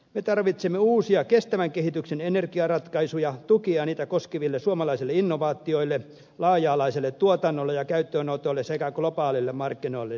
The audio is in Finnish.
me tarvitsemme uusia kestävän kehityksen energiaratkaisuja tukia niitä koskeville suomalaisille innovaatioille laaja alaiselle tuotannolle ja käyttöönotolle sekä globaalille markkinoinnille